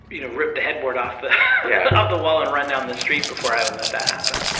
you know, rip the headboard off the kind of the wall and run down the street before i would let that happen. yeah.